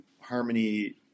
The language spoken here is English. harmony